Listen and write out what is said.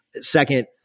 second